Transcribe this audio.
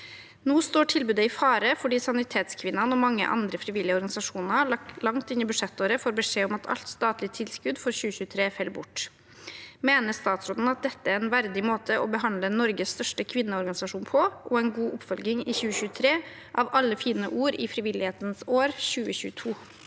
Nå står tilbudet i fare fordi Sanitetskvinnene og mange andre frivillige organisasjoner langt inn i budsjettåret får beskjed om at alt statlig tilskudd for 2023 faller bort. Mener statsråden at dette er en verdig måte å behandle Norges største kvinneorganisasjon på og en god oppfølging i 2023 av alle fine ord i «Frivillighetens år» 2022?»